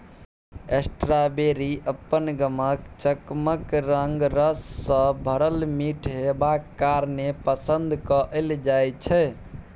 strawberry अपन गमक, चकमक रंग, रस सँ भरल मीठ हेबाक कारणेँ पसंद कएल जाइ छै